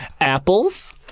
apples